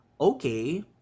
okay